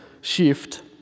shift